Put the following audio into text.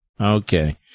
Okay